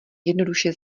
jednoduše